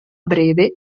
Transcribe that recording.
breve